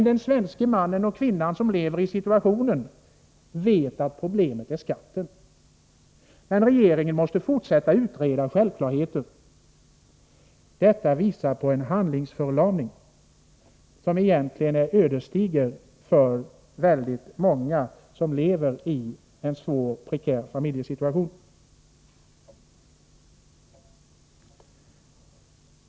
Den svenska mannen och kvinnan, som lever i den aktuella situationen, vet att problemet är skatten, men regeringen måste fortsätta att utreda självklarheter. Detta visar på en handlingsförlamning, som är ödesdiger för väldigt många familjer som lever i en prekär situation.